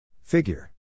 figure